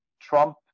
Trump